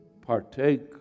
partake